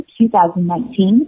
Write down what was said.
2019